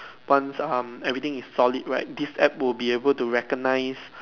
once um everything is solid right this app will be able to recognize